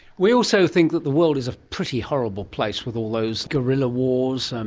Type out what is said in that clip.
we also think that the world is a pretty horrible place with all those guerrilla wars, and